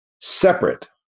separate